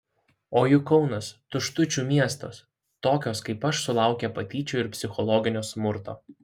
o juk kaunas tuštučių miestas tokios kaip aš sulaukia patyčių ir psichologinio smurto